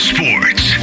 Sports